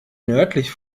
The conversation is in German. nördlich